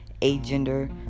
agender